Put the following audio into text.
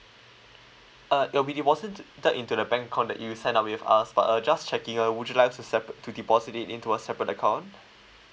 uh it will be deposit that into the bank account that you sign up with us but uh just checking uh would you like us to sep~ deposit it into a separate account